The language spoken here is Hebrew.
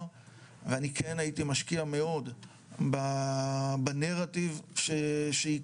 ואני כן הייתי משקיע מאוד בנרטיב שייקבע,